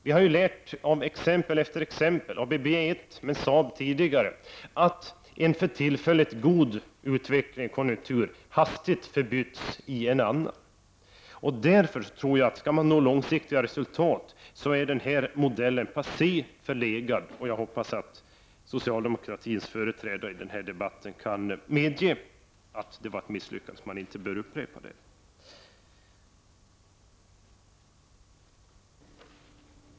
Vi har lärt av exempel efter exempel — ABB är ett, Saab var ett tidigare — att en för tillfället god konjunkturutveckling hastigt förbytts i en annan. Skall man nå långsiktiga resultat tror jag därför att den här modellen är passé och förlegad. Jag hoppas att socialdemokratins företrädare i denna debatt kan medge att det var ett misslyckande och att man inte bör upprepa det.